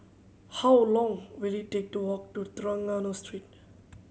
how long will it take to walk to Trengganu Street